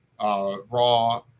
Raw